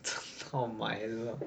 oh my lord